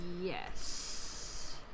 Yes